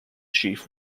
chief